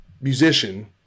musician